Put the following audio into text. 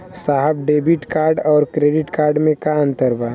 साहब debit card और credit card में का अंतर बा?